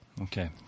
Okay